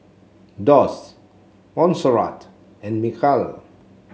Doss Monserrat and Michal